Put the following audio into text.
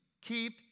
keep